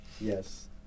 Yes